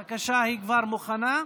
בבקשה, היא כבר מוכנה.